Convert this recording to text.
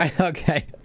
okay